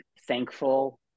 thankful